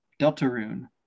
Deltarune